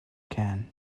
can